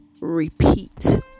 repeat